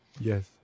yes